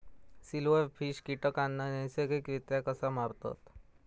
Silverfish कीटकांना नैसर्गिकरित्या कसा मारतत?